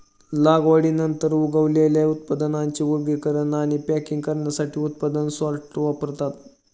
लागवडीनंतर उगवलेल्या उत्पादनांचे वर्गीकरण आणि पॅकिंग करण्यासाठी उत्पादन सॉर्टर वापरतात